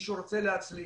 למי שרוצה להצליח,